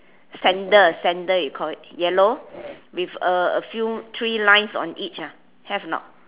sandal sandal you call it yellow with a a few three lines on each ah have or not